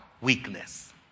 weakness